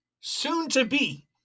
soon-to-be